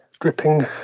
dripping